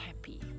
happy